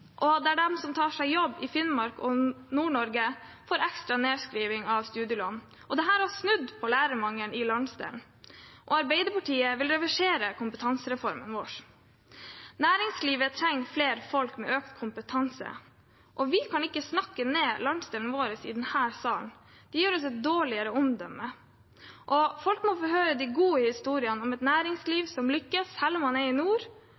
Finnmark, i Nord-Norge, får ekstra nedskriving av studielån. Dette har snudd på lærermangelen i landsdelen. Arbeiderpartiet vil reversere kompetansereformen vår. Næringslivet trenger flere folk med økt kompetanse, og vi kan ikke snakke ned landsdelen vår i denne sal. Det gir oss et dårligere omdømme. Folk må få høre de gode historiene om et næringsliv som lykkes, selv om man er i nord,